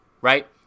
right